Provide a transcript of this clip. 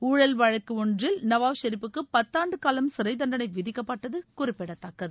ஊழல் வழக்கு ஒன்றில் நவான் ஷெரிப்புக்கு பத்தாண்டு காலம் சிறை தண்டனை விதிக்கப்பட்டது குறிப்பிடத்தக்கது